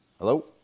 Hello